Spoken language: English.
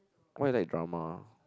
why you like drama